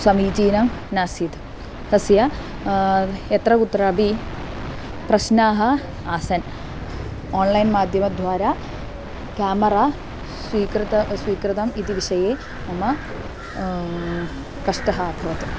समीचीनं नासीत् तस्य यत्र कुत्रापि प्रश्नाः आसन् आन्लैन् माध्यमद्वारा केमरा स्वीकृतं स्वीकृतम् इति विषये मम कष्टम् अभवत्